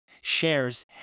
shares